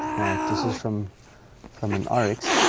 right this is from from an oryx.